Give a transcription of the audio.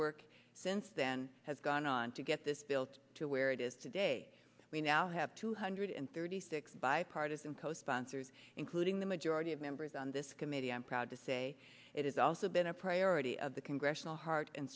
work since then has gone on to get this built to where it is today we now have two hundred thirty six bipartisan co sponsors including the majority of members on this committee i'm proud to say it has also been a priority of the congressional heart and